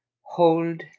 hold